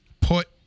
put